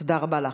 תודה רבה לך.